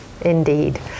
Indeed